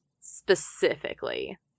specifically